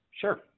Sure